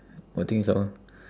what thing sour